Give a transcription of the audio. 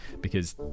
Because-